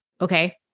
okay